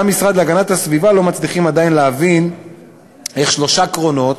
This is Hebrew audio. גם במשרד להגנת הסביבה לא מצליחים עדיין להבין איך שלושה קרונות